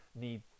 need